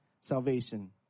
salvation